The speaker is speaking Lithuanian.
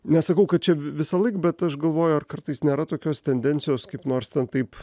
nesakau kad čia visąlaik bet aš galvoju ar kartais nėra tokios tendencijos kaip nors ten taip